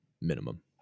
minimum